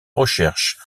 recherche